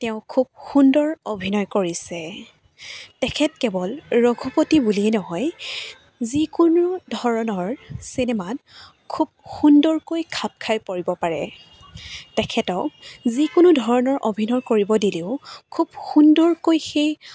তেওঁ খুব সুন্দৰ অভিনয় কৰিছে তেখেত কেৱল ৰঘুপতি বুলিয়ে নহয় যিকোনো ধৰণৰ চিনেমাত খুব সুন্দৰকৈ খাপ খাই পৰিব পাৰে তেখেতক যিকোনো ধৰণৰ অভিনয় কৰিব দিলেও খুব সুন্দৰকৈ সেই